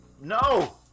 No